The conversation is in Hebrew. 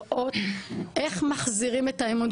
לראות אם יש דברים שצריך לעצור אותם בזמן,